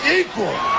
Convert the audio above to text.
equal